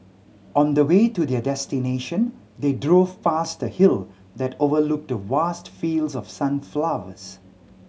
on the way to their destination they drove past a hill that overlooked vast fields of sunflowers